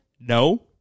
No